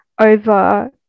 over